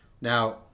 Now